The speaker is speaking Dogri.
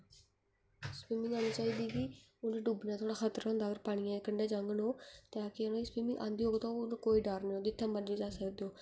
स्विमिंग आनी चाहिदी कि उ'नें गी डुब्बने दा थोह्ड़ा खतरा होंदा होर अगर पानियै कंढै जाङन ओह् ते अगर उ'नें ई स्विमिंग आंदी होग ते उ'नें गी कोई डर नेईं रौहंदा जित्थें जाङन ओह्